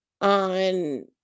on